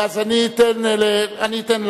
אז אני אתן לגברת,